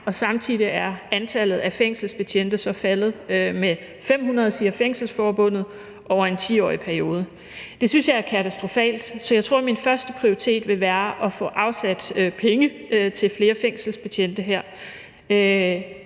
Samtidig er antallet af fængselsbetjente faldet med 500, siger Fængselsforbundet, over en 10-årig periode. Det synes jeg er katastrofalt. Så jeg tror, at min førsteprioritet vil være at få afsat penge til flere fængselsbetjente frem